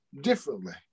differently